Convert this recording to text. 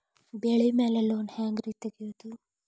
ಬೆಳಿ ಮ್ಯಾಲೆ ಲೋನ್ ಹ್ಯಾಂಗ್ ರಿ ತೆಗಿಯೋದ?